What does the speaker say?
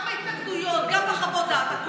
גם ההתאגדויות, גם חוות הדעת.